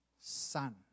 son